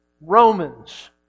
Romans